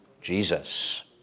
Jesus